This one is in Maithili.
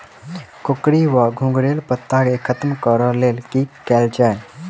कोकरी वा घुंघरैल पत्ता केँ खत्म कऽर लेल की कैल जाय?